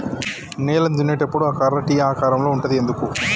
నేలను దున్నేటప్పుడు ఆ కర్ర టీ ఆకారం లో ఉంటది ఎందుకు?